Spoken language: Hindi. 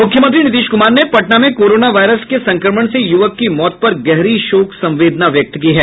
मुख्यमंत्री नीतीश कुमार ने पटना में कोरोना वायरस के संक्रमण से युवक की मौत पर गहरी शोक सम्वेदना व्यक्त की है